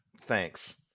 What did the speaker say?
Thanks